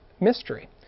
mystery